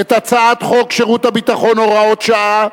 את הצעת חוק שירות ביטחון (הוראת שעה)